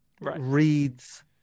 reads